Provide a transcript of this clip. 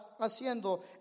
haciendo